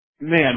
man